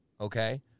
okay